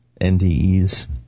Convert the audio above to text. NDEs